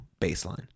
baseline